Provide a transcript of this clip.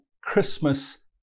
Christmas